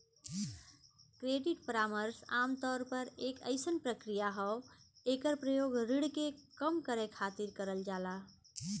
credit परामर्श आमतौर पर एक अइसन प्रक्रिया हौ एकर प्रयोग ऋण के कम करे खातिर करल जाला